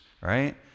right